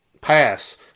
pass